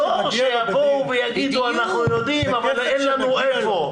לא שיבואו ויגידו, אנחנו יודעים אבל אין לנו איפה.